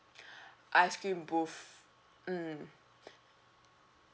ice cream booth mm